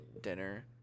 dinner